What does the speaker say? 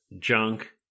junk